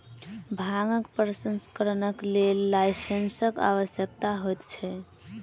भांगक प्रसंस्करणक लेल लाइसेंसक आवश्यकता होइत छै